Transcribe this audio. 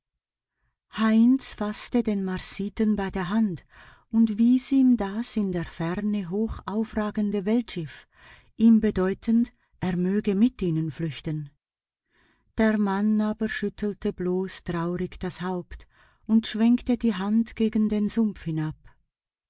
heinz faßte den marsiten bei der hand und wies ihm das in der ferne hoch aufragende weltschiff ihm bedeutend er möge mit ihnen flüchten der mann aber schüttelte bloß traurig das haupt und schwenkte die hand gegen den sumpf hinab